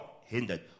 hindered